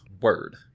word